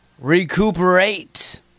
Recuperate